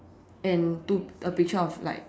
and two a picture of like